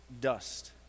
dust